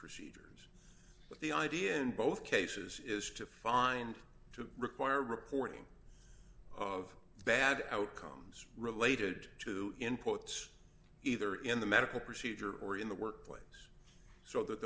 proceed but the idea in both cases is to find to require reporting of bad outcomes related to inputs either in the medical procedure or in the workplace so that